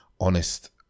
honest